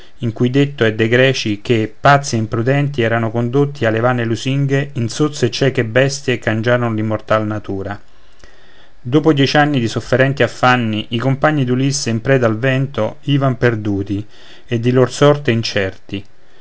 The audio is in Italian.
in cui detto è dei greci che pazzi ed imprudenti entro condotti alle vane lusinghe in sozze e cieche bestie cangiaron l'immortal natura dopo dieci anni di sofferti affanni i compagni d'ulisse in preda al vento ivan perduti e di lor sorte incerti